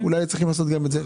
אולי היו צריכים לעשות גם את זה.